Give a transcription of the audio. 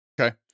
Okay